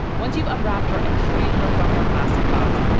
once you've unwrapped her and freed her from her plastic box,